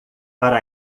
para